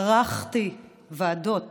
ערכתי ועדות